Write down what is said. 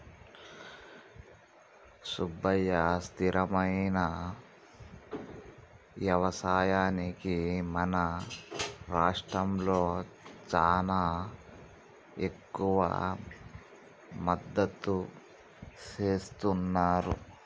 సుబ్బయ్య స్థిరమైన యవసాయానికి మన రాష్ట్రంలో చానా ఎక్కువ మద్దతు సేస్తున్నారు